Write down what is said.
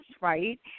right